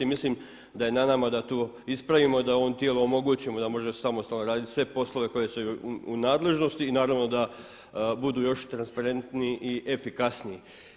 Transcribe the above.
Mislim da je na nama da to ispravimo da ovom tijelu omogućimo da može samostalno raditi sve poslove koji su mu u nadležnosti i naravno da budu još transparentniji i efikasniji.